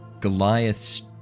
Goliaths